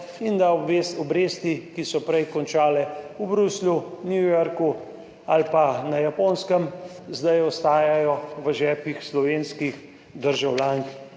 in da obresti, ki so prej končale v Bruslju, New Yorku ali pa na Japonskem, zdaj ostajajo v žepih slovenskih državljank